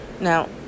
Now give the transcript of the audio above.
Now